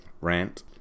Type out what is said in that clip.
rant